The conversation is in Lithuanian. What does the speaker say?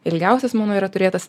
ilgiausias mano yra turėtas